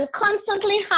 constantly